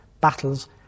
battles